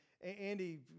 Andy